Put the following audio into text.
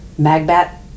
Magbat